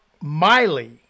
Miley